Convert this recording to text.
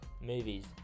movies